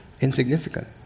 insignificant